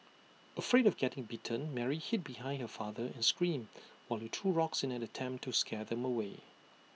afraid of getting bitten Mary hid behind her father and screamed while he threw rocks in an attempt to scare them away